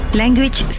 language